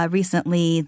recently